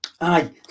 aye